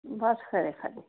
बस खरे खरे